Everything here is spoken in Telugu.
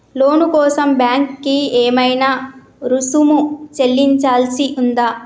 లోను కోసం బ్యాంక్ కి ఏమైనా రుసుము చెల్లించాల్సి ఉందా?